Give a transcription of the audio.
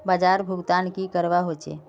बाजार भुगतान की करवा होचे?